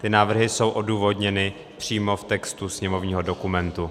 Ty návrhy jsou odůvodněny přímo v textu sněmovního dokumentu.